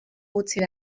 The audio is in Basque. gutxik